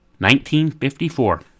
1954